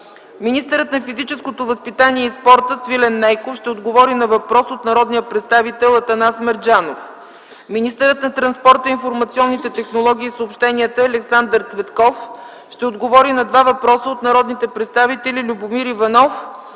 Министърът на физическото възпитание и спорта Свилен Нейков ще отговори на въпрос от народния представител Атанас Мерджанов. Министърът на транспорта, информационните технологии и съобщенията Александър Цветков ще отговори на два въпроса от народните представители Любомир Иванов